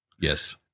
Yes